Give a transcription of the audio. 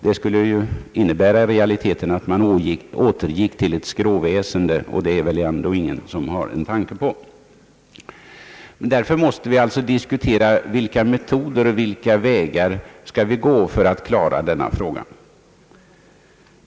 Det skulle i realiteten innebära att man återgick till ett skråväsende, och det är väl ändå ingen som har en tanke på att göra. Därför måste vi alltså diskutera vilka metoder och vilka vägar vi skall anlita för att klara denna fråga.